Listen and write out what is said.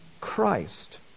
Christ